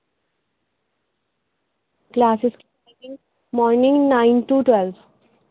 classes کی morning nine to twelve